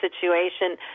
situation